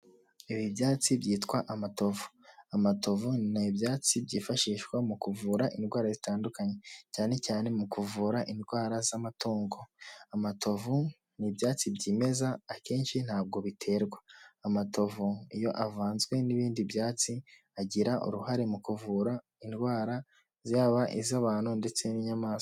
Ibi byatsi byitwa amatovu. Amatovu ni ibyatsi byifashishwa mu kuvura indwara zitandukanye cyane cyane mu kuvura indwara z'amatungo. Amatovu ni ibyatsi byimeza akenshi ntabwo biterwa. Amatovu iyo avanzwe n'ibindi byatsi agira uruhare mu kuvura indwara zaba iz'abantu ndetse n'inyamaswa.